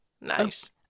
Nice